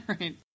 right